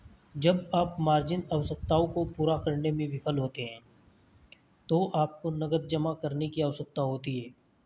जब आप मार्जिन आवश्यकताओं को पूरा करने में विफल होते हैं तो आपको नकद जमा करने की आवश्यकता होती है